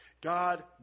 God